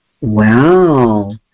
Wow